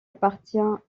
appartient